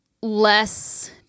less